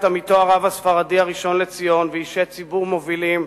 את עמיתו הרב הספרדי הראשון לציון ואישי ציבור מובילים,